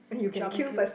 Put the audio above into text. jump queue